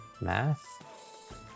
math